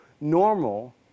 normal